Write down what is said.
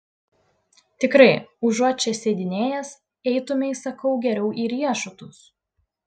tikrai užuot čia sėdinėjęs eitumei sakau geriau į riešutus